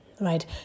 Right